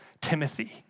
Timothy